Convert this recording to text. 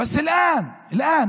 חדשה בראשות